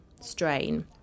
strain